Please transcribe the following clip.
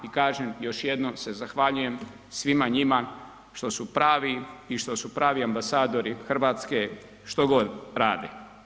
I kažem, još jednom se zahvaljujem svima njima što su pravi i što su pravi ambasadori Hrvatske što god rade.